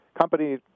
company